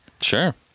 Sure